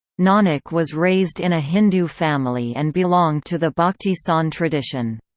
nanak was raised in a hindu family and belonged to the bhakti sant tradition.